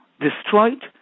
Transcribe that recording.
destroyed